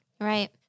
right